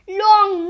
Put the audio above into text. long